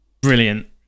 brilliant